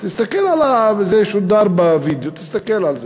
תסתכל על זה, זה שודר בווידיאו, תסתכל על זה.